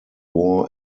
war